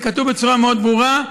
זה כתוב בצורה מאוד ברורה.